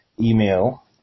email